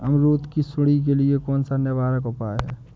अमरूद की सुंडी के लिए कौन सा निवारक उपाय है?